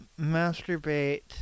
masturbate